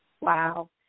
Wow